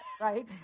right